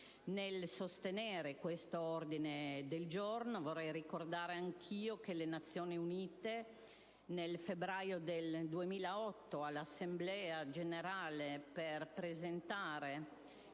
Nel sostenere l'ordine del giorno G1, voglio ricordare anche io che le Nazioni Unite nel febbraio del 2008, all'Assemblea generale per presentare